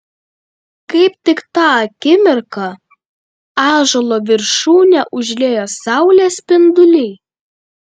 kaip tik tą akimirką ąžuolo viršūnę užliejo saulės spinduliai